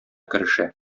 керешә